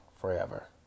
forever